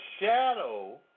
shadow